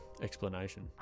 explanation